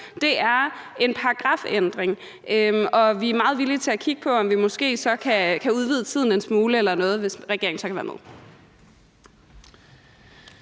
det er en paragrafændring – og vi er meget villige til at kigge på, om vi måske så kan udvide tidsplanen en smule eller noget, hvis regeringen så kan være med.